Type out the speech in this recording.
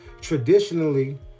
traditionally